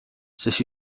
sest